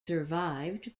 survived